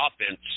offense